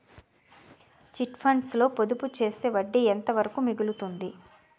Chit funds లో పొదుపు చేస్తే వడ్డీ ఎంత వరకు మిగులుతుంది?